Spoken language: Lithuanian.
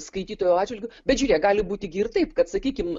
skaitytojo atžvilgiu bet žiūrėk gali būti ir taip kad sakykim